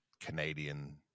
canadian